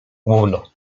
gówno